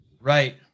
right